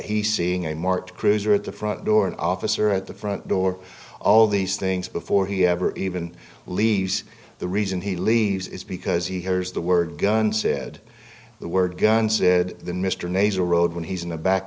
he seeing a marked cruiser at the front door an officer at the front door all these things before he ever even leaves the reason he leaves is because he hears the word gun said the word gun said mr naser road when he's in the